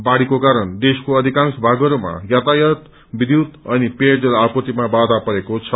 बाढ़ीको कारण देशको अथिकांश भागहरूमा यातायात विद्युत अनि पेयजल आपूर्तिमा बाया परेको छ